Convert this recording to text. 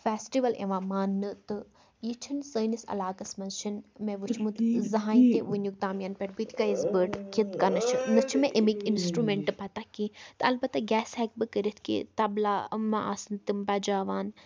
festival یِوان مانٛنہٕ تہٕ یہِ چھِنہٕ سٲنِس علاقَس منٛز چھِنہٕ مےٚ وٕچھمُت یہِ زہانۍ تہِ وٕنیُک تام پَنہٕ پٮ۪ٹھ بہٕ تہِ گٔیَس بٔڑ کِتھ کٔنَتھ چھِ نہ چھِ مےٚ اَمِکۍ اِنَسٹرٛوٗمٮ۪نٛٹ پَتہ کیٚنٛہہ تہٕ اَلبَتہ گٮ۪س ہٮ۪کہٕ بہٕ کٔرِتھ کہِ تَبلا مَہ آسَن تِم بَجاوان